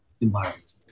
environment